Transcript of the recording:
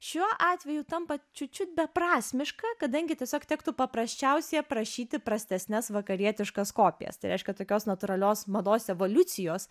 šiuo atveju tampa čiut čiut beprasmiška kadangi tiesiog tektų paprasčiausiai aprašyti prastesnes vakarietiškas kopijas tai reiškia tokios natūralios mados evoliucijos